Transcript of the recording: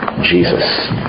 Jesus